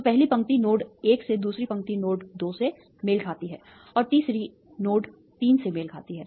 तो पहली पंक्ति नोड 1 से दूसरी पंक्ति नोड 2 से मेल खाती है और तीसरी एक नोड 3 से मेल खाती है